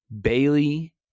Bailey